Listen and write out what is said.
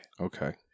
Okay